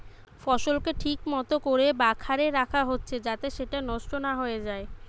ফসলকে ঠিক মতো কোরে বাখারে রাখা হচ্ছে যাতে সেটা নষ্ট না হয়ে যায়